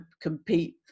compete